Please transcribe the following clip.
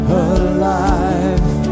alive